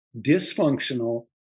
dysfunctional